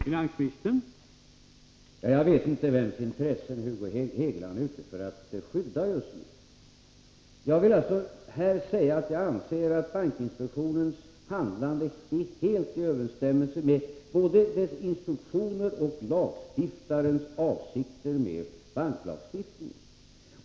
Herr talman! Jag vet inte vems intressen Hugo Hegeland är ute för att skydda just nu. Jag anser att bankinspektionens handlande är helt i överensstämmelse med både dess instruktioner och lagstiftarens avsikter med banklagstiftningen.